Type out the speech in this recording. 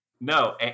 no